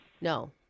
No